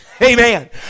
Amen